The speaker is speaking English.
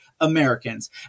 Americans